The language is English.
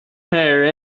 hire